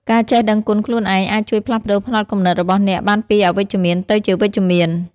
ការចេះដឹងគុណខ្លួនឯងអាចជួយផ្លាស់ប្ដូរផ្នត់គំនិតរបស់អ្នកបានពីអវិជ្ជមានទៅជាវិជ្ជមាន។